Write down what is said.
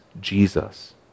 Jesus